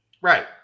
Right